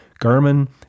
Garmin